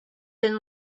been